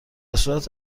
صورت